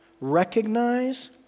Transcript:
recognize